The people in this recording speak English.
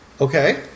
Okay